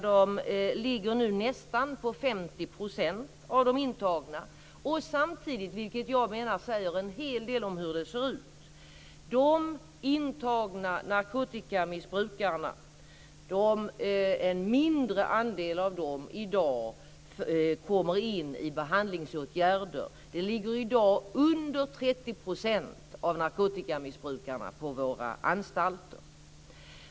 De ligger nu på nästan 50 % av de intagna. Samtidigt, vilket jag menar säger en hel del om hur det ser ut, kommer en mindre andel av de intagna narkotikamissbrukarna i behandlingsåtgärder. Den andelen ligger i dag under 30 % av narkotikamissbrukarna på våra anstalter.